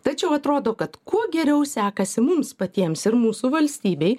tačiau atrodo kad kuo geriau sekasi mums patiems ir mūsų valstybei